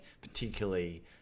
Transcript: particularly